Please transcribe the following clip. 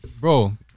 Bro